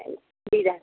ଆ ଦୁଇଟା